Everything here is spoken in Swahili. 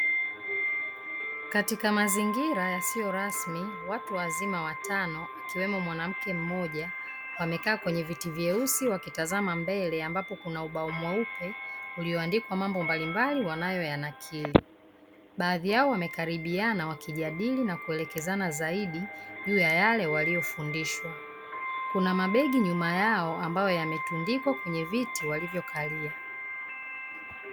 Katika mazingira yasiyo rasmi, watu wazima watano, akiwemo mwanamke mmoja, wamekaa kwenye viti vyeusi wakitazama mbele, ambapo kuna ubao mweupe ulioandikwa mambo mbalimbali wanayo ya nakili. Baadhi yao wamekaribiana wakijadili na kuelekezana zaidi juu ya yale waliofundishwa. Kuna mabegi nyuma yao ambayo yametundikwa kwenye viti walivyokalia.